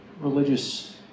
religious